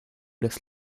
des